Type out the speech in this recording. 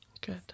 good